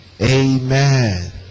amen